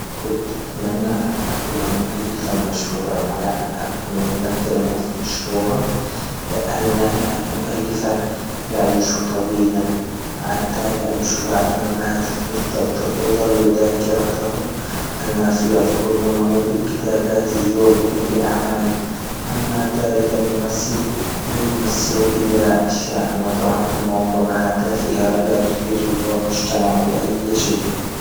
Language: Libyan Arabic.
كنت أتمنى أن أكون مؤلفا مشهورا على أن أكون ممثلا مشهورا، لأن المؤلف يعيش طويلا حتى يعيش بعد مماته ت' تضل ذاكرته الناس يذكرونه بالكتاباته وبكل أعماله، أما الذلك الممثل لا يمسل إلا أشيأ وتعد معضمها تافهة لا تفيد المجتمع بأي شيء.